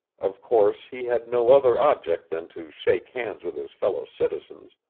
of course, he had no other object than to shake hands with his fellow-citizens,